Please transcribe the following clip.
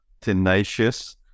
tenacious